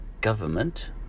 government